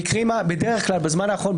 בדרך כלל בזמן האחרון,